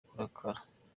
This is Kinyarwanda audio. kurakara